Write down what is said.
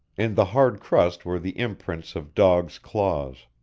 in the hard crust were the imprints of dogs' claws.